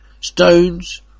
Stones